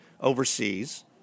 overseas